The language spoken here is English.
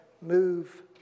move